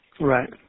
Right